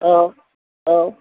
औ औ